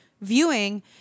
viewing